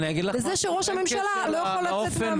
וזה שראש הממשלה לא יכול לצאת מהמדינה.